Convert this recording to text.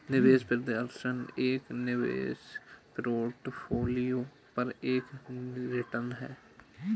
निवेश प्रदर्शन एक निवेश पोर्टफोलियो पर एक रिटर्न है